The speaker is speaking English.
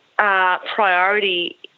Priority